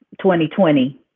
2020